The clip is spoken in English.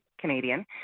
Canadian